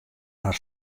har